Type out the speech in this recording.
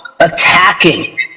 attacking